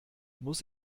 muss